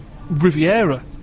Riviera